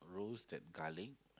roast that garlic